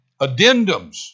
addendums